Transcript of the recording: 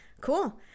cool